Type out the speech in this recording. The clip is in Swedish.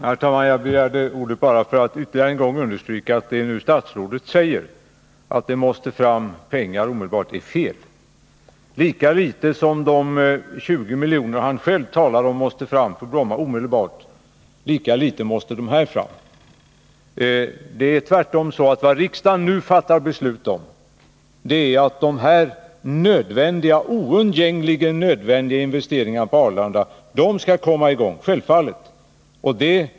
Herr talman! Jag begärde ordet bara för att ytterligare understryka att det statsrådet nu säger om att det måste fram pengar omedelbart är fel. Lika litet som de 20 miljoner han själv talar om måste fram till Bromma omedelbart måste de 70 miljonerna fram. Det är tvärtom så att vad riksdagen nu fattar beslut om, det är att de här oundgängligen nödvändiga investeringarna på Arlanda skall komma i gång, det är självklart.